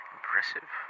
Impressive